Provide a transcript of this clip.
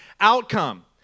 outcome